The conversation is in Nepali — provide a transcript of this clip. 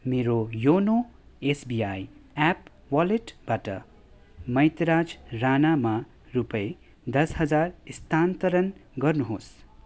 मेरो योनो एसबिआई एप वालेटबाट मैतराज राणामा रुपियाँ दश हजार स्थानान्तरण गर्नुहोस्